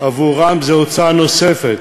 בעבורם זו הוצאה נוספת.